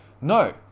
No